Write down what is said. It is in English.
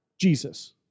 Jesus